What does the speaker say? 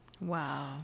Wow